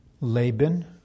laban